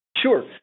Sure